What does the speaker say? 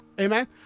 amen